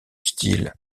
style